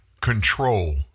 control